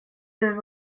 there